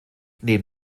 neben